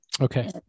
okay